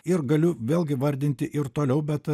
ir galiu vėlgi vardinti ir toliau bet